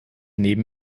neben